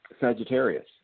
Sagittarius